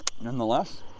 Nonetheless